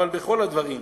אבל בכל הדברים,